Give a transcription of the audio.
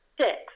six